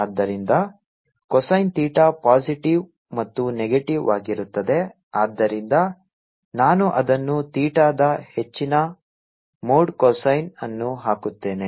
ಆದ್ದರಿಂದ cosine theta positive ಮತ್ತು negative ವಾಗಿರುತ್ತದೆ ಆದ್ದರಿಂದ ನಾನು ಅದನ್ನು ಥೀಟಾದ ಹೆಚ್ಚಿನ ಮೋಡ್ cosine ಅನ್ನು ಹಾಕುತ್ತೇನೆ